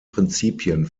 prinzipien